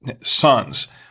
Sons